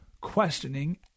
questioning